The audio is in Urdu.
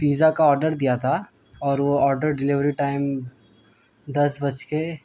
پیزا کا آڈر دیا تھا اور وہ آڈر ڈلیوری ٹائم دس بج کے